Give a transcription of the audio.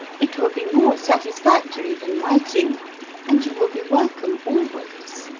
it will be more satisfactory than writing and you will be welcome always.